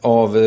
av